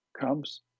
comes